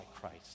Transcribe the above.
Christ